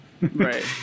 right